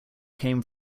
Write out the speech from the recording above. came